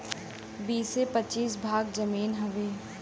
बीसे पचीस भाग जमीन हउवे